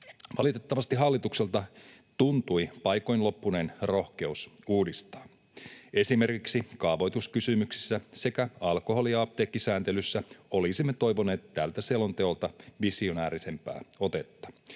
Valitettavasti hallitukselta tuntui paikoin loppuneen rohkeus uudistaa. Esimerkiksi kaavoituskysymyksissä sekä alkoholi- ja apteekkisääntelyssä olisimme toivoneet tältä selonteolta visionäärisempää otetta.